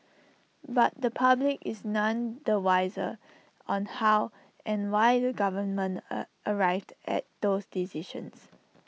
but the public is none the wiser on how and why the government A arrived at those decisions